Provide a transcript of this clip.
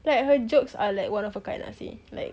like her jokes are like one of a kind lah seh like